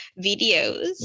videos